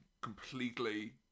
completely